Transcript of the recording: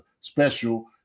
special